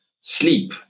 sleep